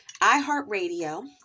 iHeartRadio